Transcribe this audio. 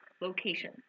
location